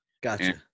Gotcha